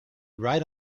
right